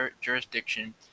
jurisdiction